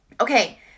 Okay